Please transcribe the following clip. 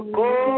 go